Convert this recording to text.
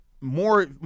More